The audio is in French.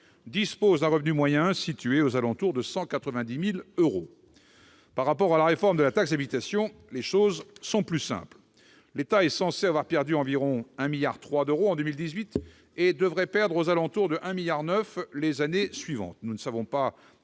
disposent d'un revenu moyen d'environ 190 000 euros. Concernant la réforme de la taxe d'habitation, les choses sont plus simples : l'État est censé avoir perdu environ 1,3 milliard d'euros en 2018 et devrait perdre quelque 1,9 milliard d'euros les années suivantes. Nous ne savons pas